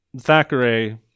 Thackeray